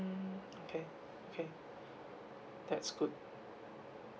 okay okay that's good